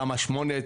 תמ"א 8,